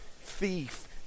thief